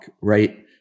right